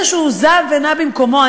כשכבר נתנו לו לדבר ראית שהוא זע ונע במקומו.